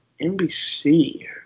NBC